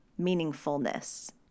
meaningfulness